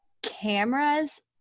cameras